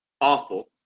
Awful